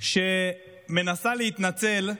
שמנסה להתנצל,